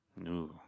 No